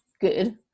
good